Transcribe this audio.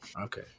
Okay